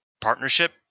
partnership